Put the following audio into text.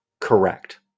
correct